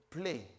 play